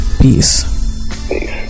Peace